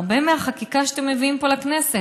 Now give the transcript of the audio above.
הרבה מהחקיקה שאתם מביאים פה לכנסת.